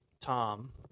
Tom